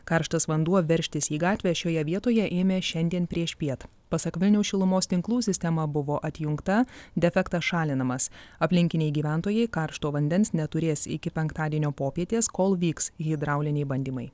karštas vanduo veržtis į gatvę šioje vietoje ėmė šiandien priešpiet pasak vilniaus šilumos tinklų sistema buvo atjungta defektas šalinamas aplinkiniai gyventojai karšto vandens neturės iki penktadienio popietės kol vyks hidrauliniai bandymai